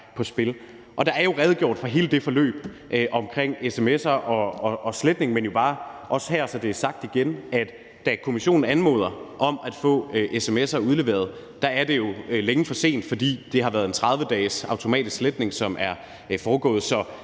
er jo redegjort for hele det forløb omkring sms'er og sletning, men jeg vil bare også sige her, så det er sagt igen, at da Minkkommissionen anmoder om at få sms'er udleveret, er det jo for længst for sent, fordi der har været en 30-dages automatisk sletning, som er foregået,